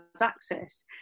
access